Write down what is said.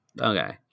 okay